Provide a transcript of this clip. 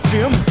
Jim